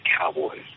Cowboys